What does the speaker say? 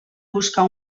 buscar